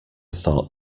thought